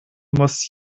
muss